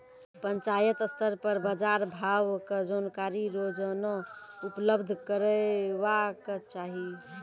पंचायत स्तर पर बाजार भावक जानकारी रोजाना उपलब्ध करैवाक चाही?